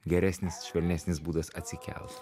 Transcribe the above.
geresnis švelnesnis būdas atsikelt